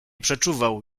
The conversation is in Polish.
przeczuwał